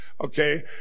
Okay